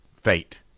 fate